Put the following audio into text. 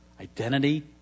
identity